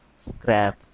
Scrap